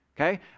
Okay